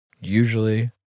usually